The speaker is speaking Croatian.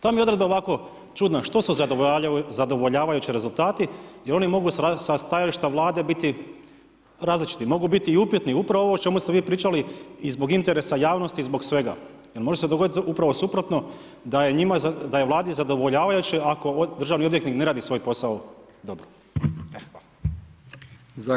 Ta mi je odredba ovako čudna, što su zadovoljavajući rezultati, jel' oni mogu sa stajališta Vlade biti različiti, mogu biti i upitni, upravo ovo o čemu ste vi pričali i zbog interesa javnosti i zbog svega, jer može se dogoditi upravo suprotno da je Vladi zadovoljavajuće ako državni odvjetnik ne radi svoj posao dobro.